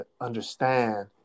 understand